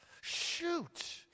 Shoot